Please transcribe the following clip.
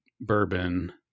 bourbon